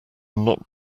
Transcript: not